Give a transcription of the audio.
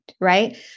right